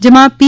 જેમાં પી